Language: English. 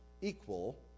equal